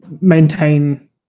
maintain